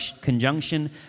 conjunction